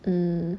mm